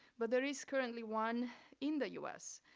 but there is currently one in the us,